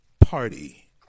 Party